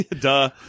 Duh